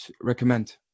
recommend